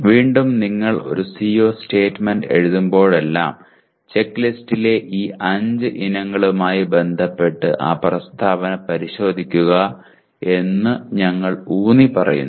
വീണ്ടും നിങ്ങൾ ഒരു CO സ്റ്റേറ്റ്മെന്റ് എഴുതുമ്പോഴെല്ലാം ചെക്ക്ലിസ്റ്റിലെ ഈ 5 ഇനങ്ങളുമായി ബന്ധപ്പെട്ട് ആ പ്രസ്താവന പരിശോധിക്കുക എന്ന് ഞങ്ങൾ ഊന്നിപ്പറയുന്നു